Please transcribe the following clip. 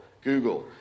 Google